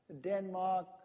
Denmark